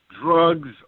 drugs